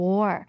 War